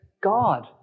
God